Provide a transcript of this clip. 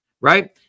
right